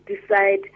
decide